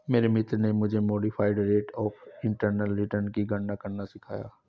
मेरे मित्र ने मुझे modified rate of internal return की गणना करना सिखाया